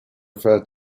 referred